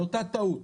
על אותה טעות,